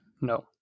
No